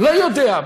לא יודע.